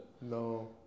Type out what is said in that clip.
No